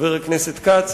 חבר הכנסת כץ,